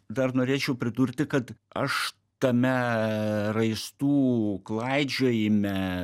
dar norėčiau pridurti kad aš tame raistų klaidžiojime